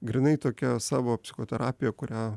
grynai tokia savo psichoterapija kurią